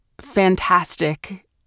fantastic